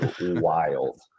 wild